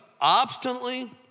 obstinately